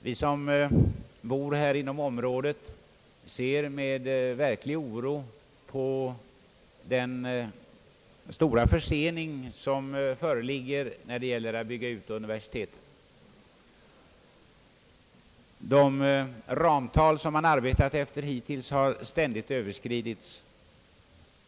Vi som bor här inom området ser med verklig oro på den stora försening som föreligger när det gäller att bygga ut universitetet. De ramtal som man hittills arbetat efter har ständigt överskridits.